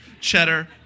cheddar